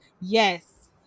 Yes